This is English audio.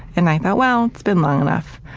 and i thought well, it's been long enough.